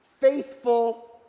faithful